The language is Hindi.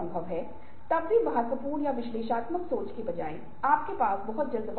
प्रभावी बातचीत की पहली नींव वार्ताकार के रूप में हमारी अपनी शैली और व्यक्तित्व है